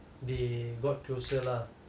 they got closer lah